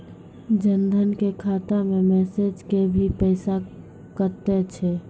जन धन के खाता मैं मैसेज के भी पैसा कतो छ?